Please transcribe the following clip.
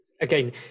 again